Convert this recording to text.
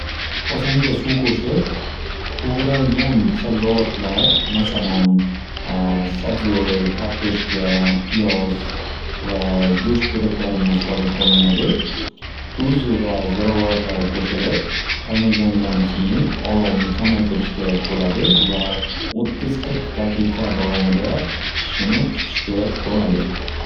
Qozonga suv sepib tug'ralgan sabzavotlar masalan sabzi, kartoshka, piyoz va go'sht bo'laklarini solib olinadi. Tuz va zirovorlar qo'shilib qaynagandan keyin olovni kamaytirish kerak bo'ladi va o'ttiz qirq daqiqa davomida pishishini kutish kerak bo'ladi.